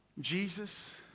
Jesus